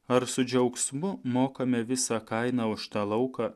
ar su džiaugsmu mokame visą kainą už tą lauką